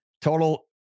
Total